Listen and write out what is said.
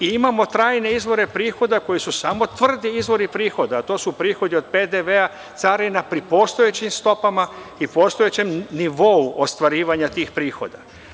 Imamo i trajne izvore prihoda koji su samo tvrdi izvori prihoda, a to su prihodi od PDV, carina, pri postojećim stopama i postojećem nivou ostvarivanja tih prihoda.